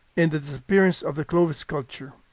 and the disappearance of the clovis culture.